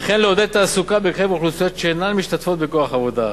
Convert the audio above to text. וכן לעודד תעסוקה בקרב אוכלוסיות שאינן משתתפות בכוח העבודה.